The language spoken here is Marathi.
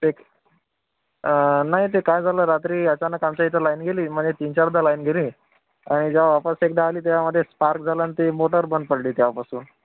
ते नाही ते काय झालं रात्री अचानक आमच्या इथं लाईन गेली म्हणजे तीनचारदा लाईन गेली आणि जेव्हा वापस एकदा आली तेव्हा मध्ये स्पार्क झाला न ते मोटर बंद पडली तेव्हापासून